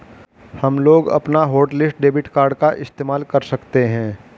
हमलोग अपना hotlist debit card का इस्तेमाल कर सकते हैं